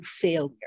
failure